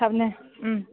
थाबनो